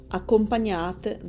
accompagnate